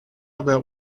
about